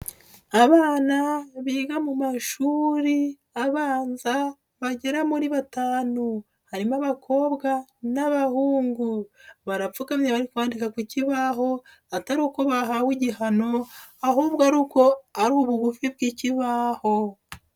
Abana biga mu mashuri abanza bagera muri batanu, harimo abakobwa n'abahungu, barapfukamye bari kwandika ku kibaho atari uko bahawe igihano, ahubwo ari uko ari bugufi bw'ikibaho.